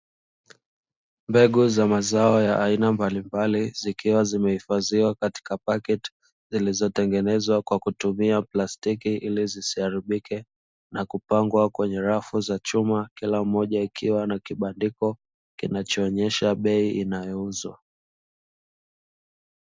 Mbegu za mazao ya aina mbalimbali zikiwa zimehifadhiwa katika pakiti zilizotengenezwa kwa kutumia plastiki ili zisiharibike na kupangwa kwenye rafu za chuma kila moja ikiwa na kibandiko kinacho onyesha bei inayouzwa.